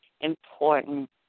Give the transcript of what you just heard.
important